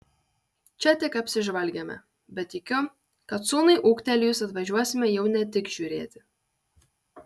čia tik apsižvalgėme bet tikiu kad sūnui ūgtelėjus atvažiuosime jau ne tik žiūrėti